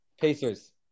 Pacers